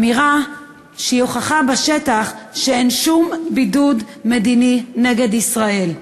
אמירה שהיא הוכחה בשטח שאין שום בידוד מדיני נגד ישראל.